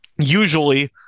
usually